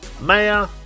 maya